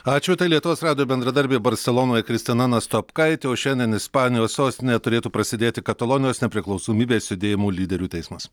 ačiū tai lietuvos radijo bendradarbė barselonoje kristina nastopkaitė o šiandien ispanijos sostinėje turėtų prasidėti katalonijos nepriklausomybės judėjimo lyderių teismas